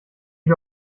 wir